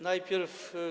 Najpierw.